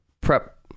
prep